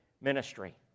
ministry